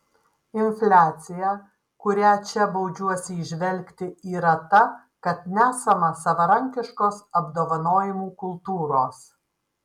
infliacija kurią čia baudžiuosi įžvelgti yra ta kad nesama savarankiškos apdovanojimų kultūros